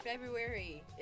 February